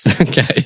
Okay